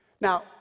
Now